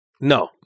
No